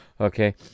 Okay